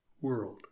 world